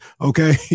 okay